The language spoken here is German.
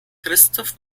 christoph